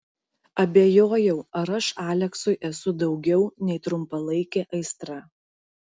abejojau ar aš aleksui esu daugiau nei trumpalaikė aistra